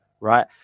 right